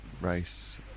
race